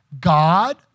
God